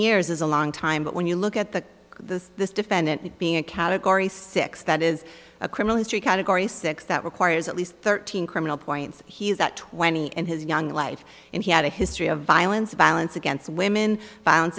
years is a long time but when you look at the the this defendant being a category six that is a criminal history category six that requires at least thirteen criminal points he's at twenty in his young life and he had a history of violence violence against women